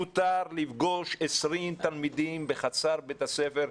מותר לפגוש 20 תלמידים בחצר בית הספר.